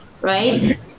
right